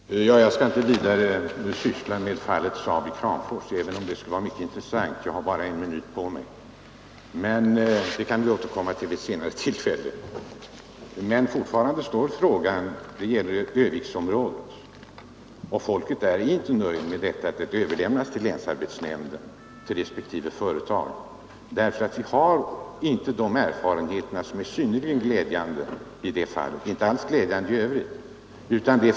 Herr talman! Jag skall inte vidare syssla med fallet SAAB i Kramfors, även om det skulle vara mycket intressant — jag har bara en minut på mig. Det kan vi återkomma till vid ett senare tillfälle. Men fortfarande kvarstår frågan om Örnsköldsviksområdet. Invånarna där är inte nöjda med att saken överlämnas till länsarbetsnämnden och till respektive företag, därför att erfarenheterna är inte alls glädjande i övrigt.